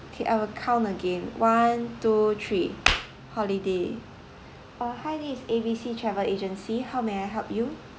K I will count again one two three holiday uh hi this is A B C travel agency how may I help you